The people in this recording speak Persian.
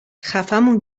خفهمون